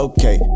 Okay